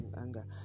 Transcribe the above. anger